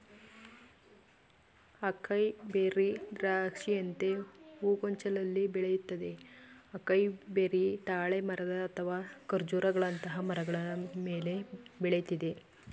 acai berry ದ್ರಾಕ್ಷಿಯಂತೆ ಹೂಗೊಂಚಲಲ್ಲಿ ಬೆಳಿತದೆ ಅಕೈಬೆರಿ ತಾಳೆ ಮರಗಳು ಅಥವಾ ಖರ್ಜೂರಗಳಂತಹ ಮರಗಳ ಮೇಲೆ ಬೆಳಿತದೆ